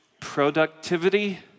productivity